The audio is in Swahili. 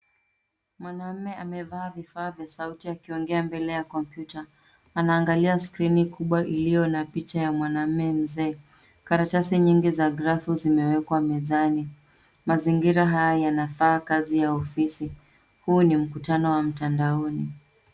Mwanamme amevaaa vifaa vya sauti akiongea mbele ya kompyuta. Anaangalia skrini kubwa iliyo na picha ya mwanamme mzee. Karatasi nyingi za gravu zimewekwa mezani. Mazingira haya yanafaa kazi ya ofisi. Huu ni mkutano wa mtandaoni.